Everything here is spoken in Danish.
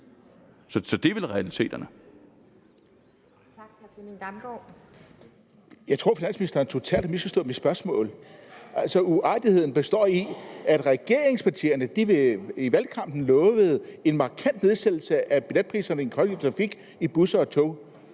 Så det er vel realiteterne.